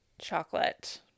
chocolate